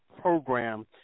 program